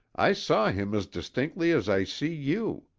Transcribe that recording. i saw him as distinctly as i see you.